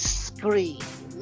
scream